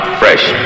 fresh